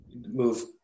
move